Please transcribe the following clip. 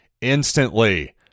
instantly